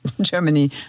Germany